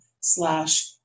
slash